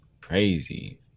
crazy